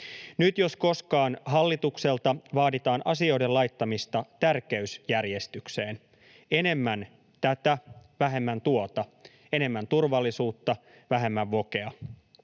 Nyt jos koskaan hallitukselta vaaditaan asioiden laittamista tärkeysjärjestykseen: enemmän tätä, vähemmän tuota — enemmän turvallisuutta, vähemmän wokea.